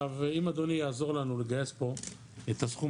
אם אדוני יעזור לנו לגייס פה את הסכום